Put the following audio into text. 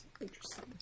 Interesting